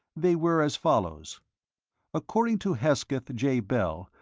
they were as follows according to hesketh j. bell,